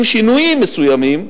עם שינויים מסוימים,